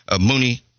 Mooney